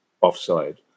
offside